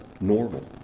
normal